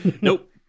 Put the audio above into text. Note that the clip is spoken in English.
Nope